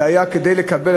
זה היה כדי לקבל,